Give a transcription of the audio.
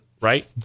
right